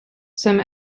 some